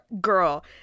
Girl